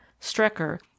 Strecker